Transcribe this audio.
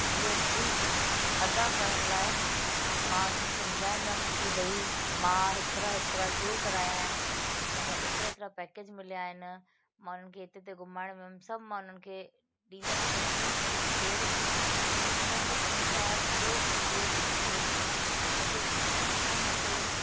जी S T अदा करण लाइ मां उन्हनि खे समुझाईंदमि की भई मां हेतिरा हेतिरा टूर कराया आहिनि उन्हनि जा एतिरा एतिरा पैकेज मिलिया आहिनि माण्हुनि खे हिते हिते घुमाइण सभु मां उन्हनि खे ॾींदमि सॼी उन्हनि जी डिटेल ऐं उन्हनि जे अनुसार जो बि जी एस टी थिए थी लॻे थी उहो मूंखे